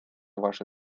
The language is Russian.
ваше